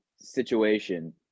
situation